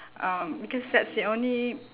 um because that's the only